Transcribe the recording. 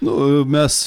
nu mes